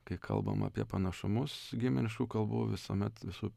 kai kalbam apie panašumus giminiškų kalbų visuomet visų